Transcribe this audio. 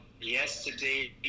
yesterday